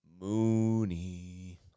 Mooney